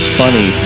funny